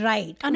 Right